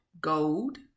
gold